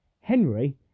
Henry